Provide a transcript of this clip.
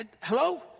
Hello